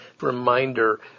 reminder